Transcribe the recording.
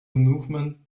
movement